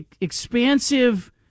expansive